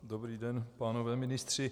Dobrý den, pánové ministři.